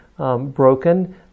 Broken